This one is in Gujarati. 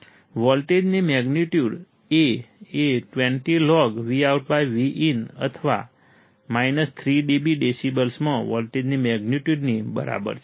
વોલ્ટેજની મેગ્નિટ્યુડ A એ 20logVout Vin અથવા 3 dB ડેસિબલ્સમાં વોલ્ટેજની મેગ્નિટ્યુડની બરાબર છે